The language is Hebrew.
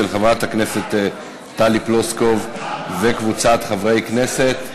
של חברת הכנסת טלי פלוסקוב וקבוצת חברי הכנסת.